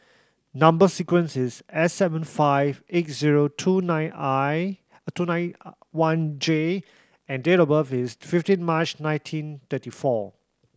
number sequence is S seven five eight zero two nine one J and date of birth is fifteen March nineteen thirty four